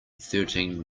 thirteen